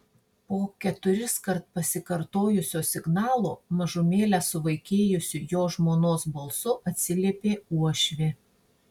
po keturiskart pasikartojusio signalo mažumėlę suvaikėjusiu jo žmonos balsu atsiliepė uošvė